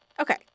Okay